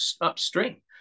upstream